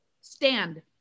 stand